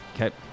Okay